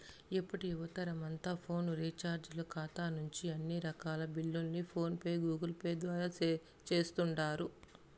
ఇప్పటి యువతరమంతా ఫోను రీచార్జీల కాతా నుంచి అన్ని రకాల బిల్లుల్ని ఫోన్ పే, గూగుల్పేల ద్వారా సేస్తుండారు